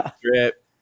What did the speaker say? trip